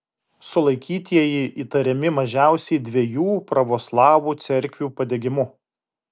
sulaikytieji įtariami mažiausiai dviejų pravoslavų cerkvių padegimu